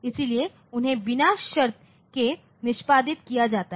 इसलिए उन्हें बिना शर्त के निष्पादित किया जाता है